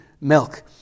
milk